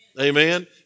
Amen